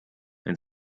and